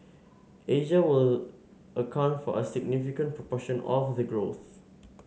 Asia will account for a significant proportion of the growth